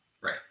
Right